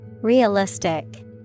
Realistic